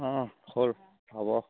অঁ হ'ল হ'ব